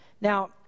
Now